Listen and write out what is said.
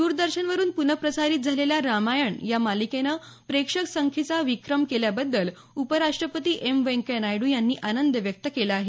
द्रदर्शनवरून प्नप्रसारित झालेल्या रामायण या मालिकेनं प्रेक्षक संख्येचा विक्रम केल्याबद्दल उपराष्ट्रपती एम व्यंकय्या नायडू यांनी आनंद व्यक्त केला आहे